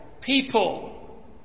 people